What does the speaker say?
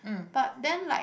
but then like